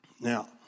Now